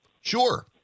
Sure